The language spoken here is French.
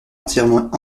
entièrement